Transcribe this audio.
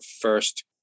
first